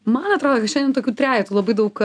man atrodo kad šiandien tokių trejetų labai daug